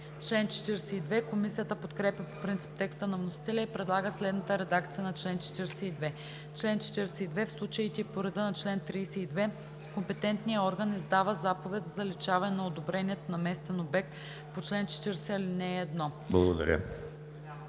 храните.“ Комисията подкрепя по принцип текста на вносителя и предлага следната редакция на чл. 42: „Чл. 42. В случаите и по реда на чл. 32 компетентният орган издава заповед за заличаване на одобрението на местен обект по чл. 40, ал.